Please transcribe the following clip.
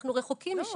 אנחנו רחוקים משם.